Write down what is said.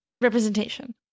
Representation